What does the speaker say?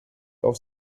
auf